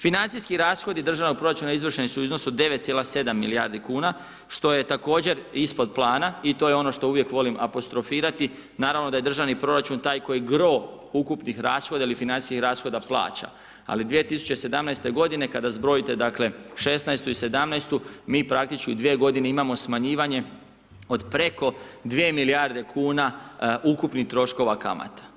Financijski rashodi Državnog proračuna izvršeni su u iznosu 9,7 milijardi kuna što je također ispod plana i to je ono što uvijek volim apostrofirati, naravno da je Državni proračun taj koji gro ukupnih rashoda ili financijskih rashoda plaća, ali 2017. kada zbrojite dakle 2016. i 2017. mi praktički u 2 godine imamo smanjivanje od preko 2 milijarde kuna ukupnih troškova kamata.